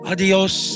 Adios